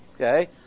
Okay